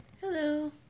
Hello